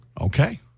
Okay